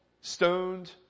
stoned